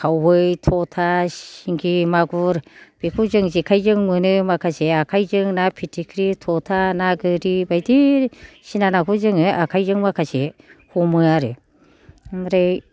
खावै थथा सिंगि मागुर बेखौ जों जेखाइजों मोनो माखासे आखाइजों ना फिथिख्रि थथा ना गोरि बायदिसिना नाखौ जोङो आखाइजों माखासे हमो आरो ओमफ्राय